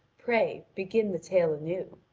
pray begin the tale anew.